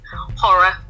horror